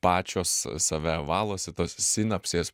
pačios save valosi tos sinapsės